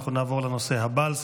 אנחנו נעבור לנושא הבא על סדר-היום,